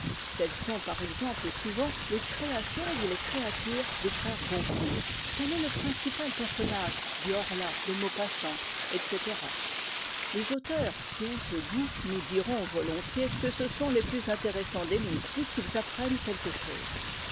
telles sont par exemple souvent les créations ou les créatures des frères goncourt tel est le principal personnage du horla de maupassant etc les auteurs qui ont ce goût nous diront volontiers que ce sont les plus intéressants des livres puisqu'ils apprennent quelque chose